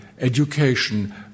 education